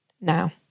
now